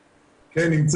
כהן.